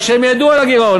כשהם ידעו על הגירעון,